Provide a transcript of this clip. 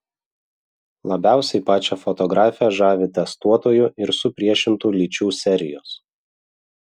labiausiai pačią fotografę žavi testuotojų ir supriešintų lyčių serijos